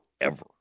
forever